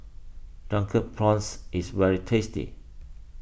Drunken Prawns is very tasty